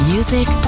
Music